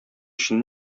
өчен